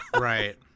Right